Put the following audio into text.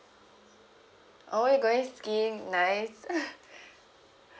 oh you going skiing nice